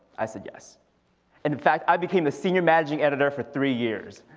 i said yes and in fact i became the senior managing editor for three years.